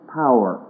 power